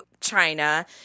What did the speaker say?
China